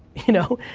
you know?